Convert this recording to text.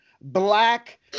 black